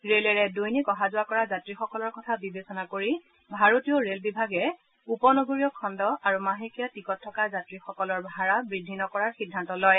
ৰেলেৰে দৈনিক অহা যোৱা কৰা যাত্ৰীসকলৰ কথা বিবেচনা কৰি ভাৰতীয় ৰেল বিভাগে উপনগৰীয় খণ্ড আৰু মাহেকীয়া টিকট থকা যাত্ৰীসকলৰ ভাড়া বৃদ্ধি নকৰাৰ সিদ্ধান্ত লয়